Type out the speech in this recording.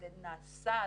זה נעשה,